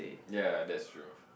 ya that's true